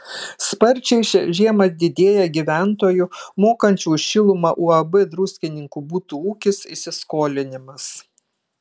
sparčiai šią žiemą didėja gyventojų mokančių už šilumą uab druskininkų butų ūkis įsiskolinimas